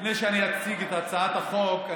לפני שאציג את הצעת החוק,